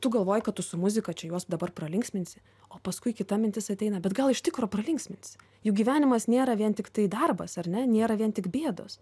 tu galvoji kad tu su muzika čia juos dabar pralinksminsi o paskui kita mintis ateina bet gal iš tikro pralinksminsi juk gyvenimas nėra vien tiktai darbas ar ne nėra vien tik bėdos